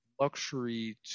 luxury